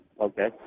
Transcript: Okay